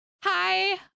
hi